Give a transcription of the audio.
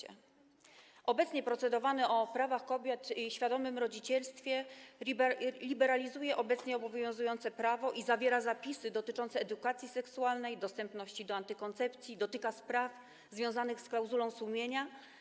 Ten, nad którym obecnie procedujemy, o prawach kobiet i świadomym rodzicielstwie, liberalizuje obecnie obowiązujące prawo i zawiera zapisy dotyczące edukacji seksualnej, dostępności do antykoncepcji, dotyka spraw związanych z klauzulą sumienia.